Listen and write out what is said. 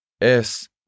Es